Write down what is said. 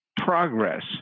progress